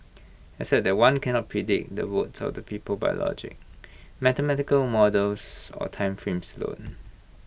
except that one cannot predict the votes of the people by logic mathematical models or time frames alone